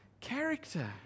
character